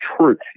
truth